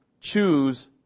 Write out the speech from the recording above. choose